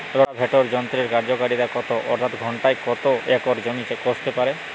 Rotavator যন্ত্রের কার্যকারিতা কত অর্থাৎ ঘণ্টায় কত একর জমি কষতে পারে?